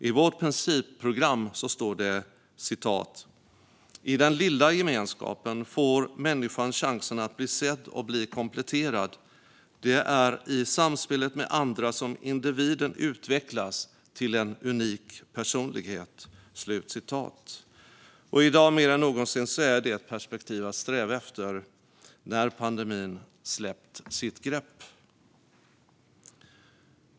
I vårt principprogram står det: "I den lilla gemenskapen får människan chansen att bli sedd och bli kompletterad. Det är i samspelet med andra som individen utvecklas till en unik personlighet." I dag mer än någonsin är det ett perspektiv att sträva efter - när pandemin släpper sitt grepp.